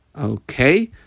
Okay